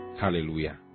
Hallelujah